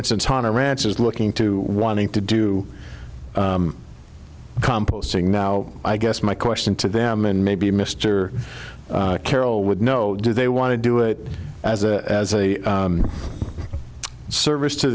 instance on a ranch is looking to wanting to do composting now i guess my question to them and maybe mr carroll would know do they want to do it as a as a service to